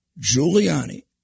Giuliani